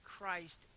Christ